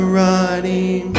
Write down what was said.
running